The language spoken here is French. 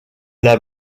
une